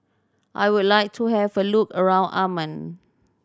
I would like to have a look around Amman